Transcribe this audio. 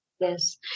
Yes